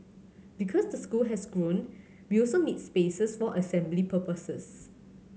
because the school has grown we also need spaces for assembly purposes